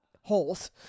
holes